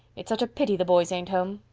it's such a pity the boys ain't home.